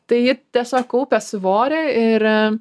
tai tiesiog kaupia svorį ir